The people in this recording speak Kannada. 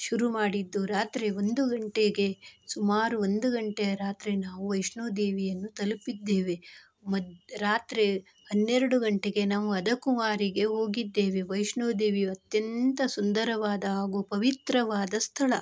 ಶುರು ಮಾಡಿದ್ದು ರಾತ್ರಿ ಒಂದು ಗಂಟೆಗೆ ಸುಮಾರು ಒಂದು ಗಂಟೆಯ ರಾತ್ರಿ ನಾವು ವೈಷ್ಣೋದೇವಿಯನ್ನು ತಲುಪಿದ್ದೇವೆ ಮದ್ ರಾತ್ರಿ ಹನ್ನೆರಡು ಗಂಟೆಗೆ ನಾವು ಅರ್ಧಕುವಾರಿಗೆ ಹೋಗಿದ್ದೇವೆ ವೈಷ್ಣೋದೇವಿಯು ಅತ್ಯಂತ ಸುಂದರವಾದ ಹಾಗೂ ಪವಿತ್ರವಾದ ಸ್ಥಳ